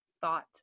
thought